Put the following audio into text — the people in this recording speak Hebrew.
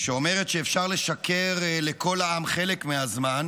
שאומרת שאפשר לשקר לכל העם חלק מהזמן